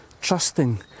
trusting